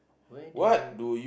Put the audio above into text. where do you